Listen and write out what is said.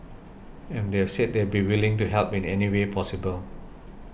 and they've said they'd be willing to help in any way possible